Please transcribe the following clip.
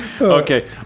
Okay